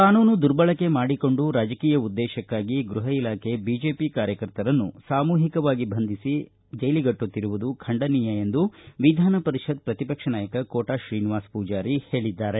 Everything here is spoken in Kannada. ಕಾನೂನು ದುರ್ಬಳಕೆ ಮಾಡಿಕೊಂಡು ರಾಜಕೀಯ ಉದ್ದೇಶಕಾಗಿ ಗೃಹ ಇಲಾಖೆ ಬಿಜೆಪಿ ಕಾರ್ಯಕರ್ತರನ್ನು ಸಾಮೂಹಿಕವಾಗಿ ಬಂಧಿಸಿ ಚೈಲಿಗಟ್ಟುತ್ತಿರುವುದು ಖಂಡನೀಯ ಎಂದು ವಿಧಾನ ಪರಿಷತ್ ಪ್ರತಿಪಕ್ಷ ನಾಯಕ ಕೋಟಾ ಶ್ರೀನಿವಾಸ ಪೂಜಾರಿ ಹೇಳಿದ್ದಾರೆ